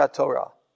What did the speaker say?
torah